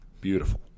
Beautiful